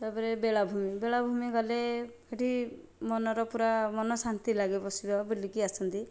ତାପରେ ବେଳାଭୂମି ବେଳାଭୂମି ଗଲେ ସେହିଠି ମନର ପୁରା ମନ ଶାନ୍ତି ଲାଗେ ବସିବା ବୁଲିକି ଆସନ୍ତି